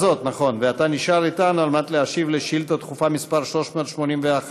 ואתה נשאר אתנו כדי להשיב על שאילתה דחופה מס' 381,